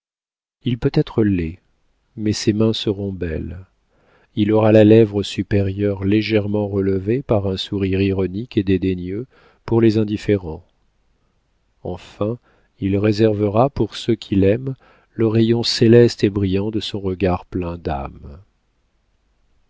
il peut être laid mais ses mains seront belles il aura la lèvre supérieure légèrement relevée par un sourire ironique et dédaigneux pour les indifférents enfin il réservera pour ceux qu'il aime le rayon céleste et brillant de son regard plein d'âme